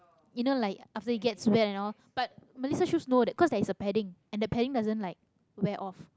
you know like after it gets wet and all but melissa shoes no that 'cause there is a padding and the padding doesn't like wear off